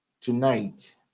tonight